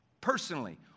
personally